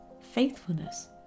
faithfulness